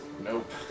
Nope